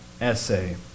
essay